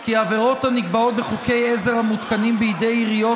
כי עבירות הנקבעות בחוקי עזר המותקנים בידי עיריות,